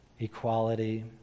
Equality